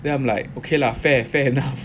then I'm like okay lah fair fair enough